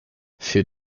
für